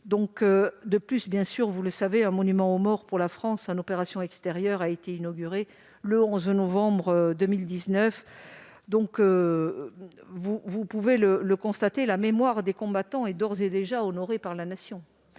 De plus, vous le savez, un monument aux morts pour la France en opérations extérieures a été inauguré le 11 novembre 2019. Vous pouvez le constater : la mémoire des combattants est, d'ores et déjà, honorée par la Nation.